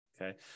Okay